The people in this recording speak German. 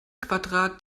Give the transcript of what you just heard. quadrat